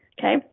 okay